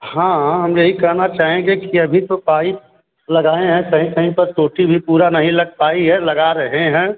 हाँ हम यही कहना चाहेंगे कि अभी तो पाइप लगाए हैं कहीं कहीं पर टोटी भी पूरा नहीं लग पाई है लगा रहे हैं